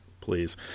please